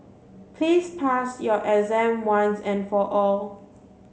please pass your exam once and for all